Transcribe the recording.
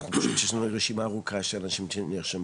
פשוט יש לנו רשימה ארוכה של אנשים שנרשמו